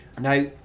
Now